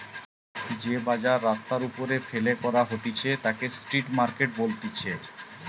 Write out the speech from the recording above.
যে বাজার রাস্তার ওপরে ফেলে করা হতিছে তাকে স্ট্রিট মার্কেট বলতিছে